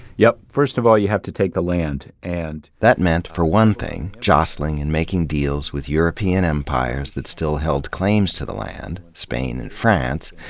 yep. first of all, you have to take the land, and. that meant, for one thing, jostling and making deals with european empires that still held claims to the land, spain and france.